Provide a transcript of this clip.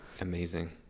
Amazing